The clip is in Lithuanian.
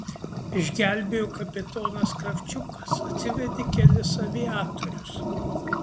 išgelbėjo kapitonas kravčiukas atsivedė kelis aviatorius